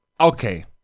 okay